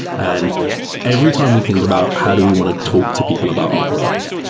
and every time we think about how do we want to talk to people about our product,